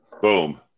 Boom